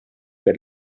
per